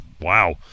Wow